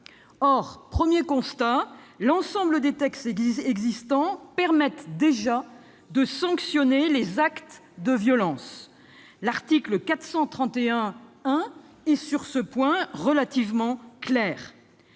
Or, premier constat, l'ensemble des textes existants permet déjà de sanctionner les actes de violence. L'article 431-1 est sur ce point relativement clair.